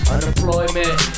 Unemployment